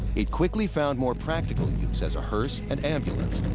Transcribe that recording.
it quickly found more practical use as a hearse and ambulance.